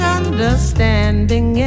understanding